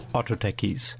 Autotechies